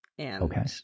Okay